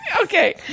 Okay